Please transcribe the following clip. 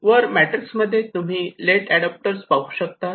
वर मॅट्रिक्स मध्ये तुम्ही लेट एडाप्टर पाहू शकतात